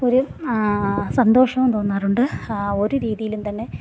ഒരു സന്തോഷവും തോന്നാറുണ്ട് ഒരു രീതിയിലും തന്നെ